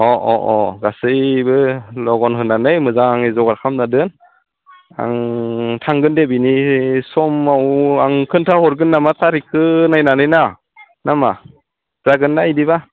अ अ अ गासैबो लघन होनानै मोजाङै जगार खालामना दोन आं थांगोन दे बिनि समाव आं खिन्थाहरगोन नामा तारिकखौ नायनानै ना नामा जागोनना बिदिबा